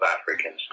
African